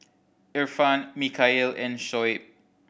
Irfan Mikhail and Shoaib